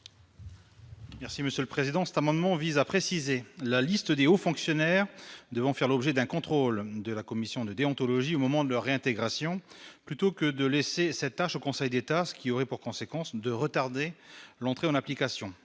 Merci Monsieur le Président, c'est un moment vise à préciser la liste aux fonctionnaires devant faire l'objet d'un contrôle de la commission de déontologie au moment de leur réintégration, plutôt que de laisser cette tâche au Conseil d'État, ce qui aurait pour conséquence de retarder l'entrée en application,